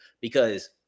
because-